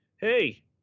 Hey